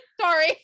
Sorry